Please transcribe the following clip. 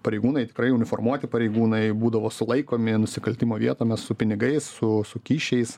pareigūnai tikrai uniformuoti pareigūnai būdavo sulaikomi nusikaltimo vietome su pinigais su su kyšiais